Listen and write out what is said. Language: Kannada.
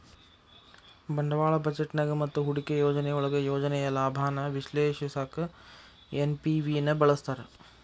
ಬಂಡವಾಳ ಬಜೆಟ್ನ್ಯಾಗ ಮತ್ತ ಹೂಡಿಕೆ ಯೋಜನೆಯೊಳಗ ಯೋಜನೆಯ ಲಾಭಾನ ವಿಶ್ಲೇಷಿಸಕ ಎನ್.ಪಿ.ವಿ ನ ಬಳಸ್ತಾರ